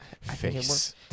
face